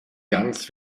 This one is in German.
ganz